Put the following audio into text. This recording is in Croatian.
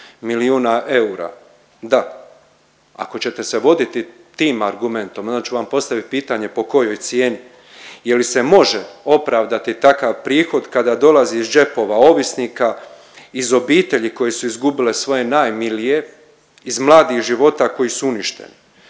milijuna eura. Da, ako ćete se voditi tim argumentom, onda ću vam postavit pitanje po kojoj cijeni? Je li se može opravdati takav prihod kada dolazi iz džepova ovisnika, iz obitelji koje su izgubile svoje najmilije, iz mladih života koji su uništeni.